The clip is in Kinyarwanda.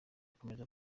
akomeza